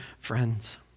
friends